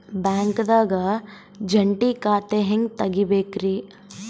ಬ್ಯಾಂಕ್ದಾಗ ಜಂಟಿ ಖಾತೆ ಹೆಂಗ್ ತಗಿಬೇಕ್ರಿ?